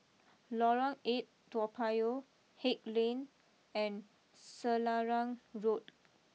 Lorong eight Toa Payoh Haig Lane and Selarang Road